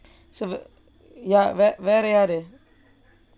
so ya வேற யாரு:vera yaaru